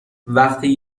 وقتی